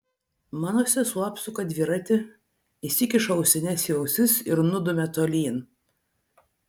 mano sesuo apsuka dviratį įsikiša ausines į ausis ir nudumia tolyn